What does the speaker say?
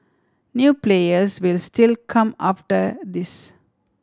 new players will still come after this